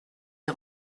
est